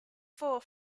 four